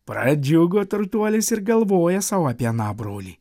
pradžiugo turtuolis ir galvoja sau apie aną brolį